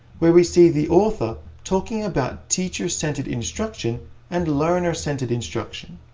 where we see the author talking about teacher-center instruction and learner-centered instruction.